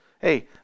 Hey